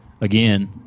Again